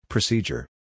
Procedure